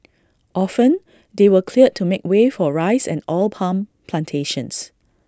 often they were cleared to make way for rice and oil palm Plantations